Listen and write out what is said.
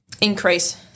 increase